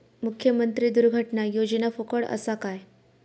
मुख्यमंत्री दुर्घटना योजना फुकट असा काय?